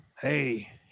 Hey